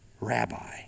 rabbi